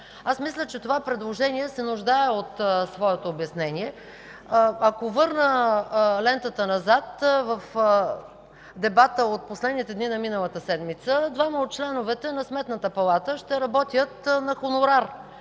Аз мисля, че това предложение се нуждае от своето обяснение. Ако върна лентата назад, в дебата от последните дни на миналата седмица, двама от членовете на Сметната палата ще работят на хонорар